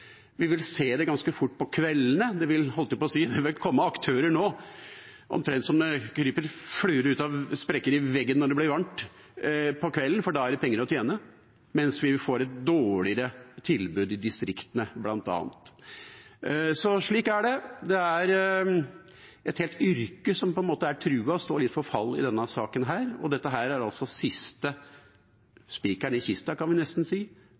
Vi vil se det ganske fort på kveldene. Det vil komme aktører omtrent som det kryper fluer ut av sprekker i veggen når det blir varmt, på kvelden, for da er det penger å tjene, mens vi bl.a. får et dårligere tilbud i distriktene. Sånn er det. Det er et helt yrke som på en måte er truet og står litt for fall i denne saken, og dette er altså den siste spikeren i kista, kan vi nesten si,